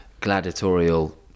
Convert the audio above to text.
gladiatorial